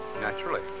Naturally